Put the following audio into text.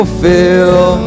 fill